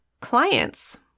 clients